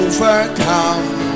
Overcome